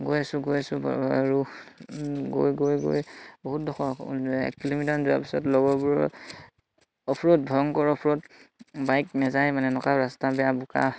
গৈ আছোঁ গৈ আছোঁ আৰু গৈ গৈ গৈ বহুত দখৰ এক কিলোমিটাৰমান যোৱাৰ পিছত লগৰবোৰৰ বাইক নেযায় মানে এনেকুৱা ৰাস্তা বেয়া বোকা